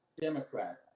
Democrat